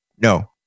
No